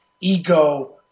ego